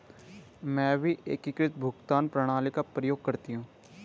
मैं भी एकीकृत भुगतान प्रणाली का प्रयोग करती हूं